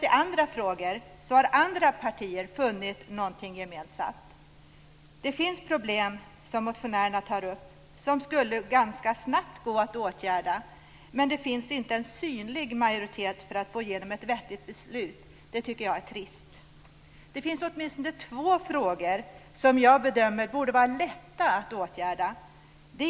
I andra frågor har andra partier funnit något gemensamt. Det finns problem som motionärerna tar upp som snabbt skulle kunna åtgärdas, men det finns inte en synlig majoritet för att få igenom ett vettigt beslut. Det är trist. Det finns åtminstone två frågor som jag bedömer borde vara lätta att åtgärda.